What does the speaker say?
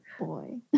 boy